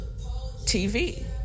TV